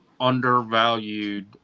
undervalued